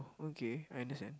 okay I understand